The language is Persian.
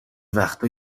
وقتا